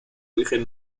origen